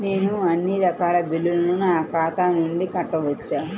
నేను అన్నీ రకాల బిల్లులను నా ఖాతా నుండి కట్టవచ్చా?